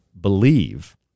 believe